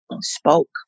spoke